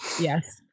Yes